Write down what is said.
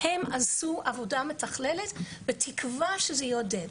הם עשו עבודה מתכללת בתקווה שזה יעודד.